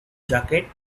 jacket